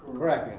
correct.